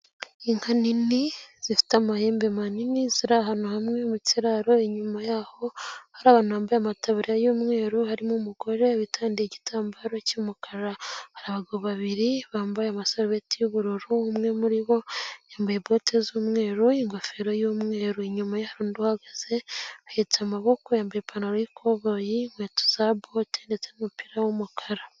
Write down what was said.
Inka nini zifite amahembe manini ziri ahantu hamwe mu kiraro inyuma yaho hari abantu bambaye amataburiya y'umweru, harimo umugore witandiye igitambaro cy'umukara, hari abagabo babiri bambaye amasarubeti y'ubururu, umwe muri bo yambaye bote z'umweru, ingofero y'umweru inyuma ye hari undi uhagaze ahetse amaboko, yambaye ipantaro y'ikoboyi, inkweto za bote ndetse n'umupira w'umukara.